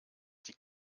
die